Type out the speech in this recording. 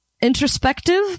introspective